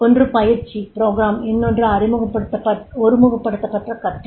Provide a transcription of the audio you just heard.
ஒன்று பயிற்சி இன்னொன்று ஒருமுகப்படுத்தப்பட்ட கற்றல்